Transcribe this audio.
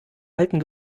alten